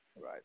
right